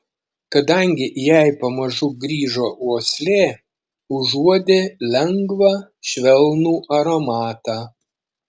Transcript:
kadangi jai pamažu grįžo uoslė užuodė lengvą švelnų aromatą